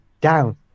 down